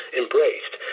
embraced